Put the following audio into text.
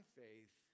faith